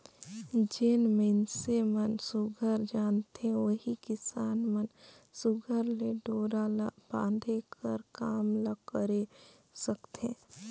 जेन मइनसे मन सुग्घर जानथे ओही किसान मन सुघर ले डोरा ल बांधे कर काम ल करे सकथे